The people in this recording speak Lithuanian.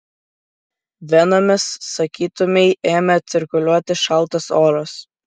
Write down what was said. venomis sakytumei ėmė cirkuliuoti šaltas oras